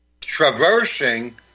traversing